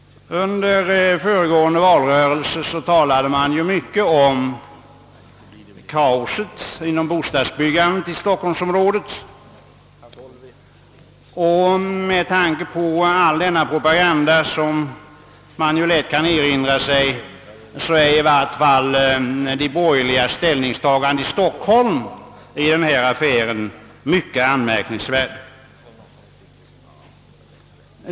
Under föregående valrörelse talade man ju mycket om kaos inom bostadsbyggandet i stockholmsområdet. Med tanke på all denna propaganda, som man lätt kan erinra sig, är i varje fall de borgerligas ställningstagande i Stockholm i denna affär mycket anmärkningsvärt.